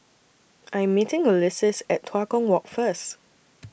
I Am meeting Ulises At Tua Kong Walk First